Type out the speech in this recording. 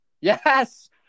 Yes